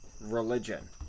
religion